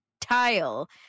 tile